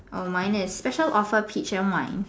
err minus special offer peach and wine